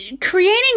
Creating